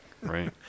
right